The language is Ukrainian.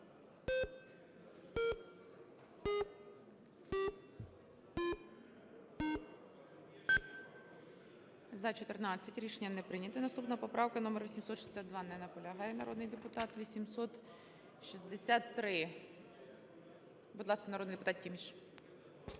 За-14 Рішення не прийнято. Наступна поправка - номер 862. Не наполягає народний депутат. 863. Будь ласка, народний депутат Тіміш.